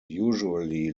usually